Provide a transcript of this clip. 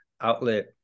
outlet